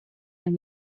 and